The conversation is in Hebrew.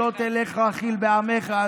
שלא תלך רכיל בעמך,